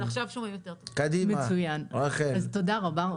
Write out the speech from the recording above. מנכ"ל המשרד ציין שלמשרד יש הצהרת כוונות,